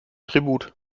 tribut